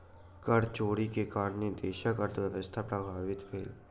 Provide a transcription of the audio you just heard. कर चोरी के कारणेँ देशक अर्थव्यवस्था प्रभावित भेल